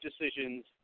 decisions